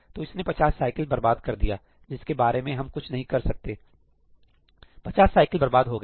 तो इसने 50 साइकिल बर्बाद कर दिया जिसके बारे में हम कुछ नहीं कर सकते 50 साइकिल बर्बाद हो गए